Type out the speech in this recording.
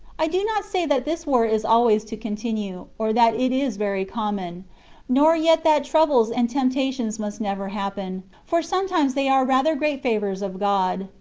i do not say that this war is always to continue, or that it is very common nor yet that troubles and tempta tions must never happen, for sometimes they are rather great favours of god,